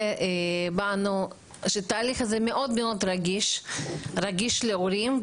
בנו שהתהליך הזה הוא תהליך מאוד רגיש להורים.